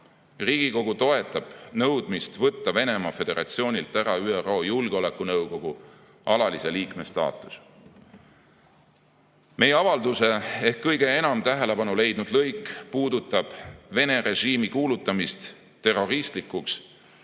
Riigikogu toetab nõudmist võtta Venemaa Föderatsioonilt ära ÜRO Julgeolekunõukogu alalise liikme staatus. Meie avalduse ehk kõige enam tähelepanu leidnud lõik puudutab Vene režiimi kuulutamist terroristlikuks